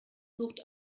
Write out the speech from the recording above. sucht